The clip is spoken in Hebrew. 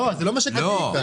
זה לא מה שכתוב כאן.